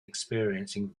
experiencing